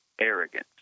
arrogance